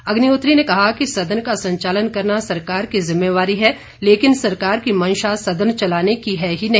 अग्निहोत्री ने कहा कि सदन का संचालन करना सरकार की जिम्मेवारी है लेकिन सरकार की मंशा सदन चलाने की है ही नहीं